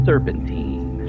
Serpentine